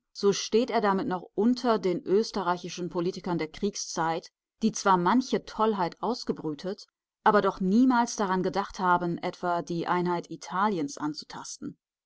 so steht er damit noch unter den österreichischen politikern der kriegszeit die zwar manche tollheit ausgebrütet aber doch niemals daran gedacht haben etwa die einheit italiens anzutasten